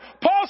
Paul